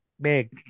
big